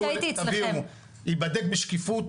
שהייתי אצלכם כל אירוע שתביאו ייבדק בשקיפות.